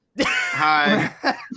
hi